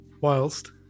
whilst